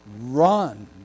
run